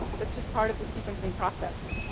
that's just part of the sequencing process.